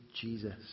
Jesus